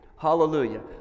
Hallelujah